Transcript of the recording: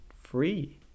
free